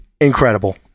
incredible